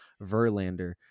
Verlander